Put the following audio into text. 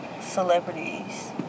celebrities